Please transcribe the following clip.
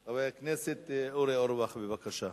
חבר הכנסת אורי אורבך, בבקשה.